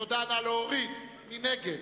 מי נגד?